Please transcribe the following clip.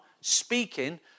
speaking